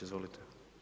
Izvolite.